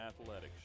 Athletics